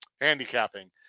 handicapping